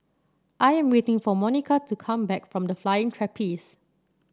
I am waiting for Monika to come back from The Flying Trapeze